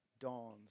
dawns